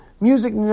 Music